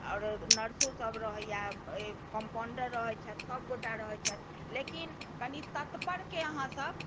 आरो नर्सो सभ रहैया कम्पाउण्डर रहै छथि सभगोटा रहै छथि लेकिन कनि तत्परकेँ अहाँ सभ